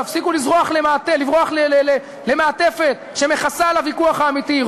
תפסיקו לברוח למעטפת שמכסה על הוויכוח האמיתי.